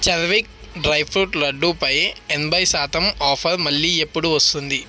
చర్విక్ dry fruit లడ్డూపై ఎనభై శాతం ఆఫర్ మళ్ళీ ఎప్పుడు వస్తుంది